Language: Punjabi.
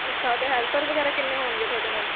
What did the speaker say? ਅੱਛਾ ਅਤੇ ਹੈਲਪਰ ਵਗੈਰਾ ਕਿੰਨੇ ਹੋਣਗੇ ਤੁਹਾਡੇ ਨਾਲ